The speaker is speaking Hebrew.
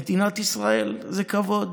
מדינת ישראל, זה כבוד